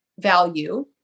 value